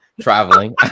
traveling